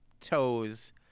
toes